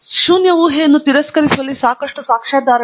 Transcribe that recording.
ಶೂನ್ಯ ಊಹೆಯನ್ನು ತಿರಸ್ಕರಿಸುವಲ್ಲಿ ಸಾಕಷ್ಟು ಸಾಕ್ಷ್ಯಾಧಾರಗಳಿಲ್ಲ